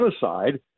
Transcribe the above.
genocide